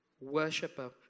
worshiper